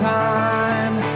time